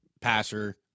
passer